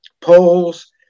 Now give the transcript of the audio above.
polls